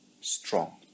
strong